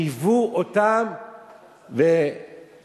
חייבו אותם ברשלנות,